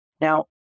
Now